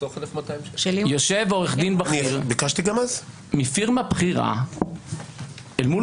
יושב עורך דין בכיר מפירמה בכירה אל מול